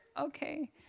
okay